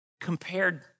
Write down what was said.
compared